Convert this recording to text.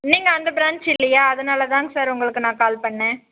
நீங்கள் அந்த பிரான்ச் இல்லையா அதனால் தான்ங்க சார் உங்களுக்கு நான் கால் பண்ணேன்